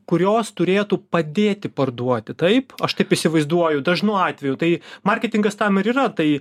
kurios turėtų padėti parduoti taip aš taip įsivaizduoju dažnu atveju tai marketingas tam ir yra tai